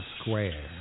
Square